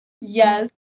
Yes